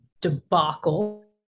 debacle